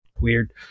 weird